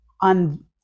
on